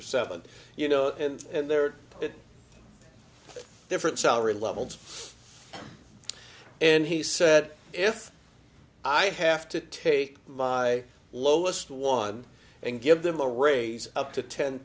or seven you know and there are different salary levels and he said if i have to take my lowest one and give them a raise up to ten